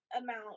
amount